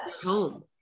home